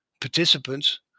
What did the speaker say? participants